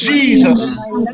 Jesus